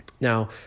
now